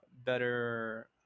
better